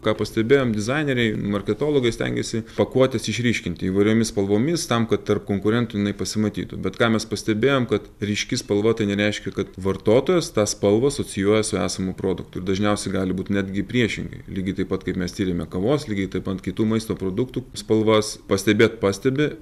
ką pastebėjom dizaineriai marketologai stengiasi pakuotes išryškinti įvairiomis spalvomis tam kad tarp konkurentų jinai pasimatytų bet ką mes pastebėjom kad ryški spalva tai nereiškia kad vartotojas tą spalvą asocijuoja su esamu produktu ir dažniausiai gali būt netgi priešingai lygiai taip pat kaip mes tyrėme kavos lygiai taip ant kitų maisto produktų spalvas pastebėt pastebi